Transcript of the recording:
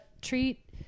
treat